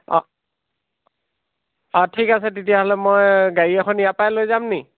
অ' অ' ঠিক আছে তেতিয়াহ'লে মই গাড়ী এখন ইয়াৰ পৰাই লৈ যাম নেকি